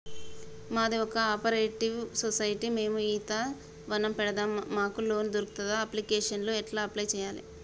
మాది ఒక cooperative society మేము ఈత వనం పెడతం మాకు లోన్ దొర్కుతదా? అప్లికేషన్లను ఎట్ల అప్లయ్ చేయాలే?